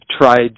tried